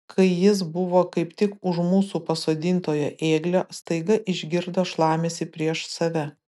kai jis buvo kaip tik už mūsų pasodintojo ėglio staiga išgirdo šlamesį prieš save